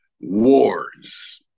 wars